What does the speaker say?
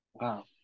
Wow